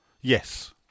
Yes